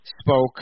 spoke